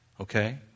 Okay